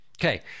Okay